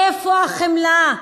איפה החמלה?